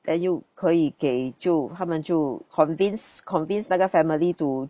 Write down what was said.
then 又可以给就他们就 convince convince 那个 family to